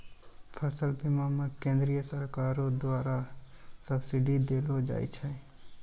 फसल बीमा मे केंद्रीय सरकारो द्वारा सब्सिडी देलो जाय छै